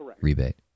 rebate